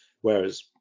Whereas